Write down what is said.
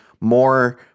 more